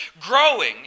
growing